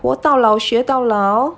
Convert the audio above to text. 活到老学到老